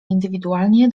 indywidualnie